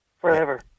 Forever